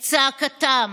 את צעקתם: